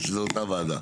או שזה אותה ועדה?